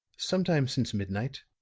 sometime since midnight.